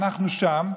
אנחנו שם,